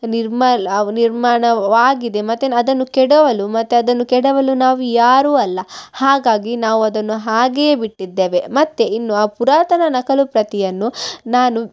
ನಿರ್ಮಾಲ ನಿರ್ಮಾಣವಾಗಿದೆ ಮತ್ತು ಅದನ್ನು ಕೆಡವಲು ಮತ್ತು ಅದನ್ನು ಕೆಡವಲು ನಾವು ಯಾರೂ ಅಲ್ಲ ಹಾಗಾಗಿ ನಾವು ಅದನ್ನು ಹಾಗೆಯೇ ಬಿಟ್ಟಿದ್ದೇವೆ ಮತ್ತು ಇನ್ನು ಆ ಪುರಾತನ ನಕಲುಪ್ರತಿಯನ್ನು ನಾನು